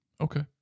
Okay